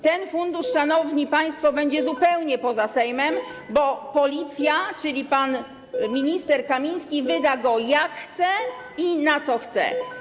Ten fundusz, szanowni państwo, będzie zupełnie poza Sejmem, bo Policja, czyli pan minister Kamiński, wyda go, jak zechce i na co zechce.